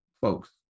folks